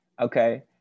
Okay